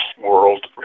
world